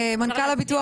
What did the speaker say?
מנכ"ל הביטוח